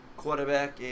Quarterback